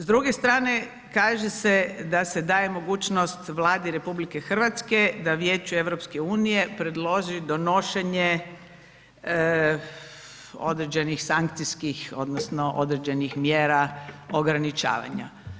S druge strane kaže se da se daje mogućnost Vladi RH da Vijeće EU predloži donošenje određenih sankcijskih odnosno određenih mjera ograničavanja.